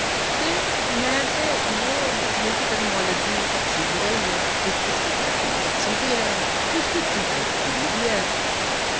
में ते इयो दिक्खनीं कि टैकनॉलजी अच्छी बी ऐ कुछ कुछ चीजैं च अच्ची बी ऐ कुछ कुछ चीजैं च बुरी बी ऐ